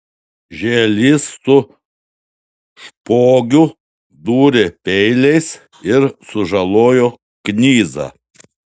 žielys su špogiu dūrė peiliais ir sužalojo knyzą